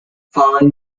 following